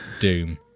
Doom